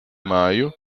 maio